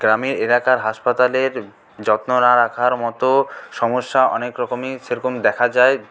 গ্রামের এলাকার হাসপাতালের যত্ন না রাখার মতও সমস্যা অনেক রকমই সেরকম দেখা যায়